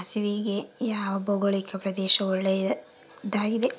ಸಾಸಿವೆಗೆ ಯಾವ ಭೌಗೋಳಿಕ ಪ್ರದೇಶ ಒಳ್ಳೆಯದಾಗಿದೆ?